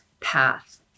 path